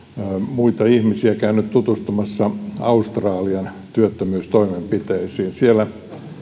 muita ihmisiä käynyt tutustumassa australian työttömyystoimenpiteisiin siellä